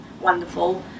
wonderful